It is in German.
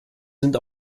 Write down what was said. sind